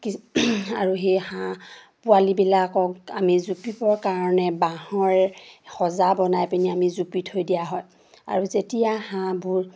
কি আৰু সেই হাঁহ পোৱালিবিলাকক আমি জুপিবৰ কাৰণে বাঁহৰ সজা বনাই পিনি আমি জুপি থৈ দিয়া হয় আৰু যেতিয়া হাঁহবোৰ